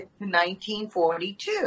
1942